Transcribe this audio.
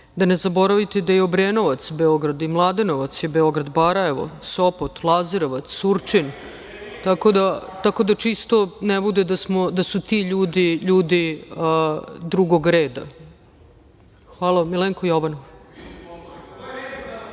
da ne zaboravite da je i Obrenovac Beograd, i Mladenovac je Beograd, Barajevo, Sopot, Lazarevac, Surčin. Tako da čisto ne bude da su ti ljudi – ljudi drugog reda. Hvala.(Aleksandar Jovanović: